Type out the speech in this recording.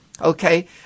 okay